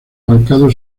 marcado